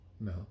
No